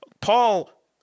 Paul